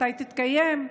מתי תתקיים?